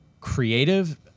creative